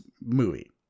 movie